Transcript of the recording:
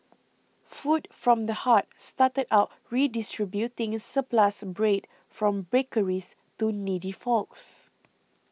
food from the heart started out redistributing surplus bread from bakeries to needy folks